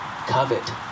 covet